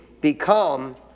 become